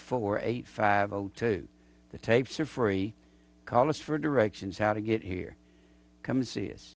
four eight five zero two the tapes are free college for directions how to get here come see this